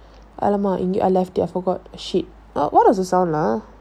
!alamak! I forgot shit what does it sound like